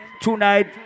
Tonight